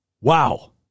Wow